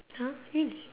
!huh! really